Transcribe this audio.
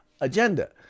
agenda